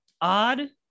odd